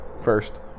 first